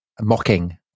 mocking